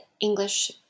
English